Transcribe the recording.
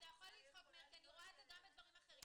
יכול לצחוק מאיר כי אני רואה את זה גם בדברים אחרים.